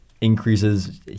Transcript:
increases